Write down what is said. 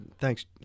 Thanks